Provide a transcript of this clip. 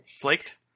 flaked